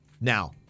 now